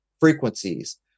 frequencies